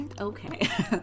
Okay